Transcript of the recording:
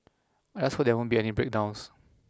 I just hope there won't be any breakdowns